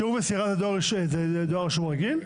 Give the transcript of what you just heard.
אישור מסירה זה דואר רשום רגיל?